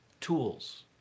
tools